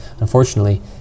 Unfortunately